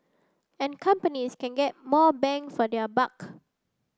and companies can get more bang for their buck